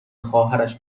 خواهرش